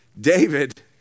David